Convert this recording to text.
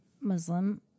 Muslim